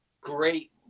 Great